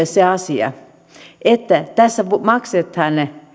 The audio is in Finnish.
se asia että tässä maksetaan